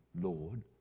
Lord